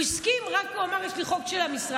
הוא הסכים, רק אמר: יש לי חוק של המשרד.